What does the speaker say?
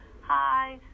hi